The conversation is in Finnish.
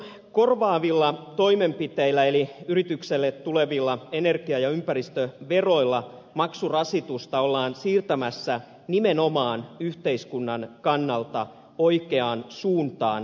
kelamaksun korvaavilla toimenpiteillä eli yritykselle tulevilla energia ja ympäristöveroilla maksurasitusta ollaan siirtämässä nimenomaan yhteiskunnan kannalta oikeaan suuntaan